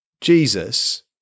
Jesus